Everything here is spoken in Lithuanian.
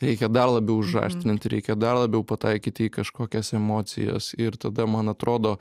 reikia dar labiau užaštrint ir reikia dar labiau pataikyti į kažkokias emocijas ir tada man atrodo